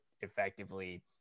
effectively